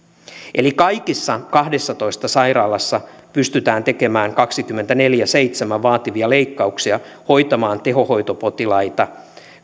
eli kaikissa kahdessatoista sairaalassa pystytään tekemään kaksikymmentäneljä kautta seitsemän vaativia leikkauksia hoitamaan tehohoitopotilaita